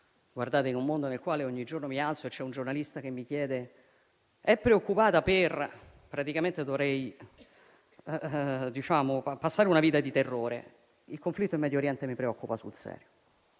In un mondo nel quale ogni giorno mi alzo e c'è un giornalista che mi chiede se sono preoccupata, dovrei passare una vita di terrore. Il conflitto in Medio Oriente mi preoccupa sul serio